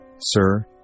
Sir